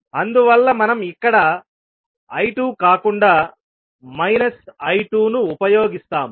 అందువల్ల మనం ఇక్కడ I2 కాకుండా I2 ను ఉపయోగిస్తాము